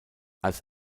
als